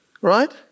right